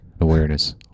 awareness